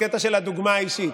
בקטע של הדוגמה האישית.